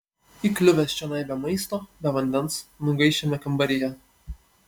įkliuvęs čionai be maisto be vandens nugaiš šiame kambaryje